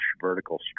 vertical